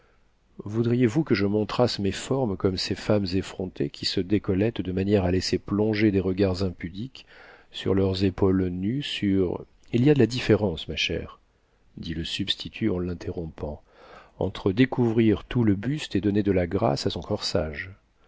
voudriez-vous que je montrasse mes formes comme ces femmes effrontées qui se décollètent de manière à laisser plonger des regards impudiques sur leurs épaules nues sur il y a de la différence ma chère dit le substitut en l'interrompant entre découvrir tout le buste et donner de la grâce à son corsage